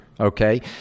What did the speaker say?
Okay